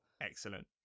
excellent